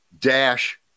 dash